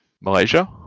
Malaysia